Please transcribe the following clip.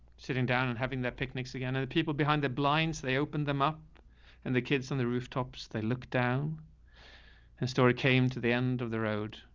sitting down and having that picnics again and the people behind the blinds, they opened them up and the kids on the rooftops, they looked down and a story came to the end of the road.